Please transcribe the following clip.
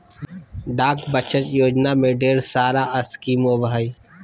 डाक बचत योजना में ढेर सारा स्कीम होबो हइ